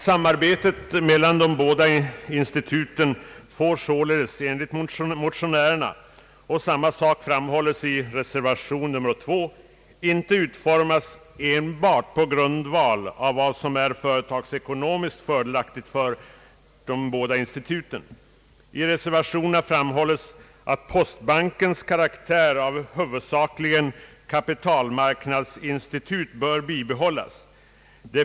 Samarbetet mellan de båda instituten får således enligt motionerna — samma sak framhålls i reservation 2 — inte utformas enbart på grundval av vad som är företagsekonomiskt fördelaktigt för de båda instituten. I reservation 2 framhålls: »Postbankens karaktär av huvudsakligen kapitalmarknadsinstitut bör bibehållas.